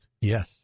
Yes